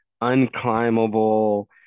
unclimbable